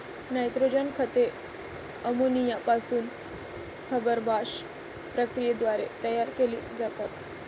nitrogen खते ammonia पासून Haber Bosch प्रक्रियेद्वारे तयार केली जातात